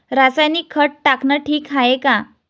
रासायनिक खत टाकनं ठीक हाये का?